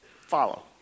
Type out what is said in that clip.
follow